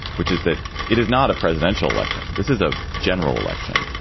which is that it is not a presidential election. this is a general election.